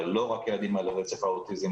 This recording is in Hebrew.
אבל לא רק ילדים על רצף האוטיזם,